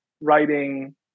writing